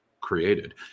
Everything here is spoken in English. created